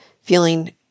feeling